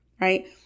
Right